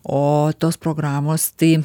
o tos programos tai